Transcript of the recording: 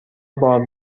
بار